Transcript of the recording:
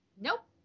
Nope